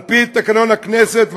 על פי תקנון הכנסת,